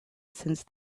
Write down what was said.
since